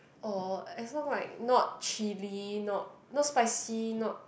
or as long like not chilli not not spicy not